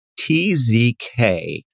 TZK